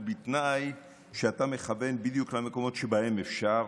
בתנאי שאתה מכוון בדיוק למקומות שבהם אפשר.